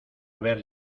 haber